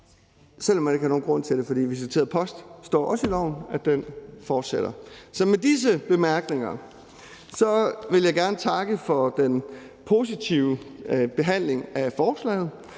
selv om man ikke har nogen grund til det, for det står også i loven, at visiteret post fortsætter. Så med disse bemærkninger vil jeg gerne takke for den positive behandling af forslaget,